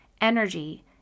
energy